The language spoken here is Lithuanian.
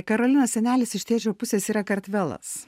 karolina senelis iš tėčio pusės yra kartvelas